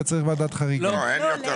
אתה צריך ועדת חריגים.